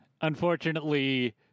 unfortunately